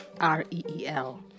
R-E-E-L